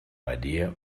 idea